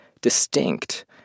distinct